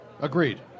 Agreed